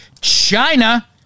China